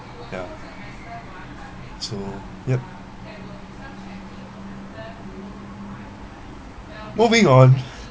ya so yup moving on